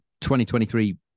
2023